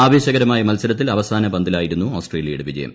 ആവ്യേശകരമായ മത്സരത്തിൽ അവസാന ്പന്തിലായിരുന്നു് ഓസ്ട്രേലിയയുടെ വിജയം